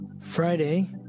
Friday